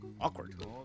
Awkward